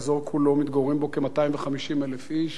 ובאזור כולו מתגוררים כ-250,000 איש,